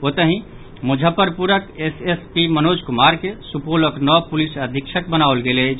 ओतहि मुजफ्फरपुरक एसएसपी मनोज कुमार के सुपौलक नव पुलिस अधीक्षक बनाओल गेल अछि